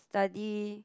study